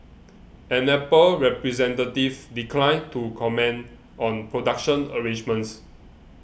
an Apple representative declined to comment on production arrangements